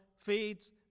feeds